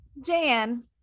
Jan